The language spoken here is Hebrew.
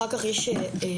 אחר כך יש "אחזקה",